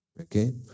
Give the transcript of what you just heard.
Okay